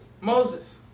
Moses